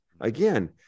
Again